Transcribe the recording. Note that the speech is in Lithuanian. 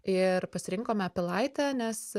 ir pasirinkome pilaitę nes